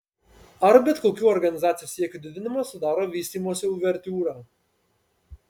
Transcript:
ar bet kokių organizacijos siekių didinimas sudaro vystymosi uvertiūrą